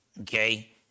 Okay